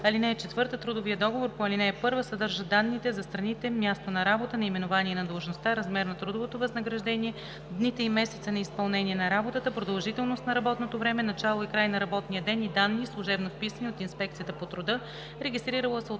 труда. (4) Трудовият договор по ал. 1 съдържа данни за страните, място на работа, наименование на длъжността, размер на трудовото възнаграждение, дните и месеца на изпълнение на работата, продължителност на работното време, начало и край на работния ден и данни, служебно вписани от инспекцията по труда,